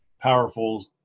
powerful